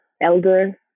elder